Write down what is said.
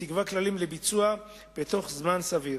ותקבע כללים לביצוע בתוך זמן סביר.